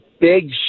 big